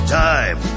time